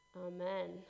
Amen